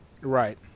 Right